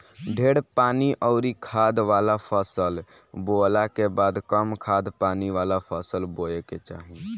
ढेर पानी अउरी खाद वाला फसल बोअला के बाद कम खाद पानी वाला फसल बोए के चाही